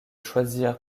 choisir